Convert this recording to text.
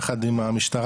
יחד עם המשטרה,